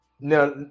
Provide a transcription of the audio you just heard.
now